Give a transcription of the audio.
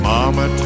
Mama